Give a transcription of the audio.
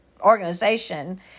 organization